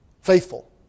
faithful